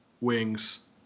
wings